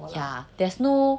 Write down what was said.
ya there's no